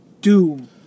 Doom